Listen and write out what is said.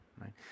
right